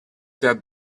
der